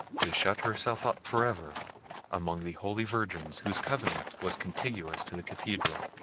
to shut herself up for ever among the holy virgins whose convent was contiguous to the cathedral.